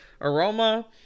aroma